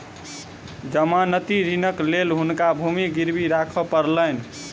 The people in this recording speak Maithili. जमानती ऋणक लेल हुनका भूमि गिरवी राख पड़लैन